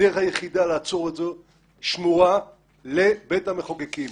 הדרך היחידה לעצור את זה שמורה לבית המחוקקים.